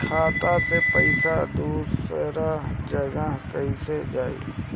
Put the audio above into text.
खाता से पैसा दूसर जगह कईसे जाई?